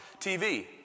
TV